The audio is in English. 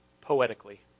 poetically